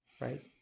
Right